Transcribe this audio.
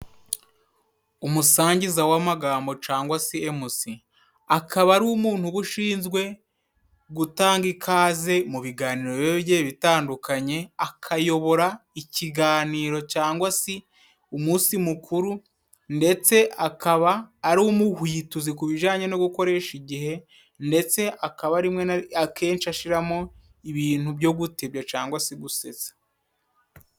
Umusangiza w'amagambo cangwa si emusi akaba ari umuntu uba ushinzwe gutanga ikaze mu biganiro biba bigiye bitandukanye, akayobora ikiganiro cangwa si umusi mukuru ndetse akaba ari umuhwituzi ku bijanye no gukoresha igihe, ndetse akaba rimwe akenshi ashiramo ibintu byo gutega cangwa si gusetsa.